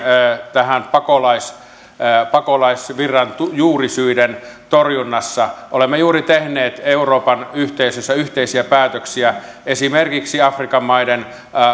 pakolaisvirran pakolaisvirran juurisyiden torjunnassa olemme juuri tehneet euroopan yhteisössä yhteisiä päätöksiä esimerkiksi afrikan maiden